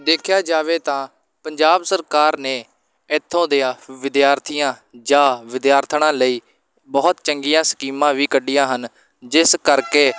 ਦੇਖਿਆ ਜਾਵੇ ਤਾਂ ਪੰਜਾਬ ਸਰਕਾਰ ਨੇ ਇੱਥੋਂ ਦਿਆਂ ਵਿਦਿਆਰਥੀਆਂ ਜਾ ਵਿਦਿਆਰਥਣਾਂ ਲਈ ਬਹੁਤ ਚੰਗੀਆਂ ਸਕੀਮਾਂ ਵੀ ਕੱਢੀਆਂ ਹਨ ਜਿਸ ਕਰਕੇ